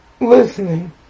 listening